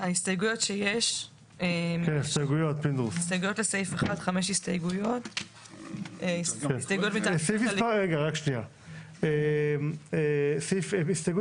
יש חמש הסתייגויות לסעיף 1. הסתייגות